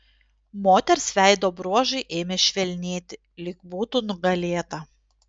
moters veido bruožai ėmė švelnėti lyg būtų nugalėta